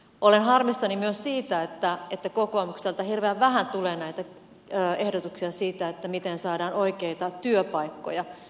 olen harmissani myös siitä että kokoomukselta hirveän vähän tulee ehdotuksia siitä miten saadaan oikeita työpaikkoja